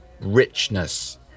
richness